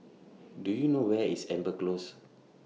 Do YOU know Where IS Amber Close